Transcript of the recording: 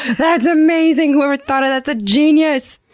that's amazing! whoever thought of that's a genius!